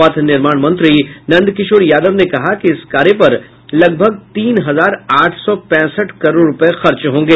पथ निर्माण मंत्री नंदकिशोर यादव ने कहा कि इस कार्य पर लगभग तीन हजार आठ सौ पैंसठ करोड़ रूपये खर्च होंगे